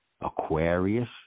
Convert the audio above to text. Aquarius